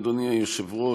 אדוני היושב-ראש,